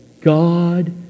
God